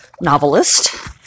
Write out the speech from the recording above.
novelist